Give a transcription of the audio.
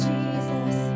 Jesus